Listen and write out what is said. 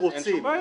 אין שום בעיה.